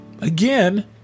again